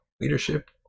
leadership